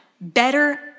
better